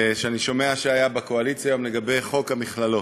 שאני שומע שהיה בקואליציה היום, לגבי חוק המכללות.